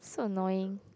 so annoying